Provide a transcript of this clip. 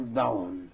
down